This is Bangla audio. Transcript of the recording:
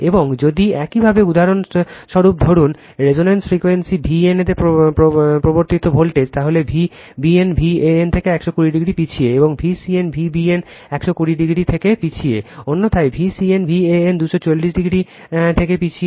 এবং যদি একইভাবে উদাহরণ স্বরূপ ধরুন রেফারেন্স হিসাবে V n তে প্রবর্তিত ভোল্টেজ তাহলে Vbn V n থেকে 120 ডিগ্রি পিছিয়ে এবং Vcn Vbn 120 ডিগ্রি থেকে পিছিয়ে অন্যথায় Vcn Van 240 ডিগ্রি থেকে পিছিয়ে